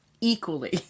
equally